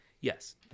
yes